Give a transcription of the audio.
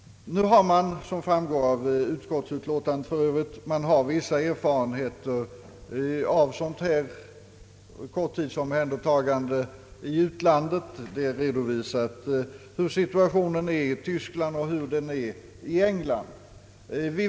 Av utskottsutlåtandet framgår för övrigt att det föreligger vissa utländska erfarenheter av ett korttidsomhändertagande besläktat med vårt förslag. Det är redovisat hur situationen är i Tyskland och hur den är i England.